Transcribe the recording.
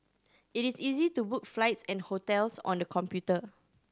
it is easy to book flights and hotels on the computer